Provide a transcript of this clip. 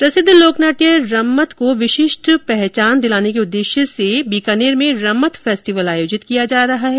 प्रसिद्ध लोकनाट्य रम्मत को विशिष्ट पहचान दिलाने के उद्देश्य से बीकानेर में रम्मत फेस्टिवल आयोजित किया जा रहा है